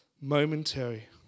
Momentary